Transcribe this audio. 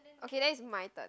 okay and then it's my turn